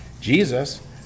Jesus